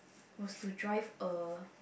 was to drive a